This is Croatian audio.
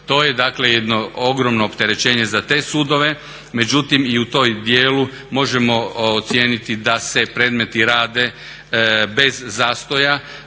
dakle jedno ogromno opterećenje za te sudove, međutim i u tom djelu možemo ocijeniti da se predmeti rade bez zastoja.